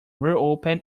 reopen